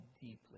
deeply